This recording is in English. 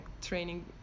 training